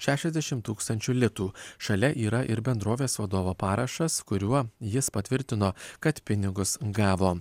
šešiasdešimt tūkstančių litų šalia yra ir bendrovės vadovo parašas kuriuo jis patvirtino kad pinigus gavo